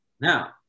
Now